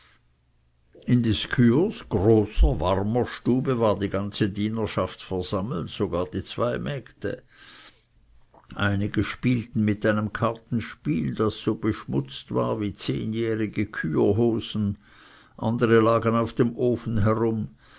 in des kühers großer warmer stube war die ganze dienerschaft versammelt sogar die zwei mägde einige spielten mit einem kartenspiel das so beschmutzt war wie zehnjährige küherhosen andere lagen auf dem ofen herum